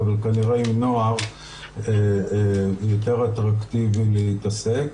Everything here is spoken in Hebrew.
אבל כנראה עם נוער יותר אטרקטיבי להתעסק.